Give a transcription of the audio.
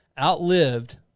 outlived